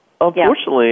unfortunately